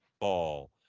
ball